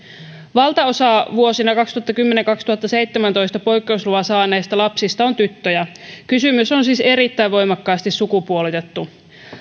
valtaosa vuosina kaksituhattakymmenen viiva kaksituhattaseitsemäntoista poikkeusluvan saaneista lapsista on tyttöjä kysymys on siis erittäin voimakkaasti sukupuolitettu